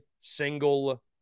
single